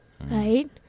right